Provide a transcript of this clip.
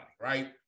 Right